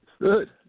Good